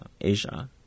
Asia